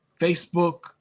Facebook